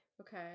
Okay